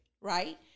right